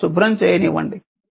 నన్ను శుభ్రం చేయనివ్వండి